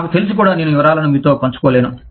నాకు తెలిసి కూడా నేను వివరాలను మీతో పంచుకోలేను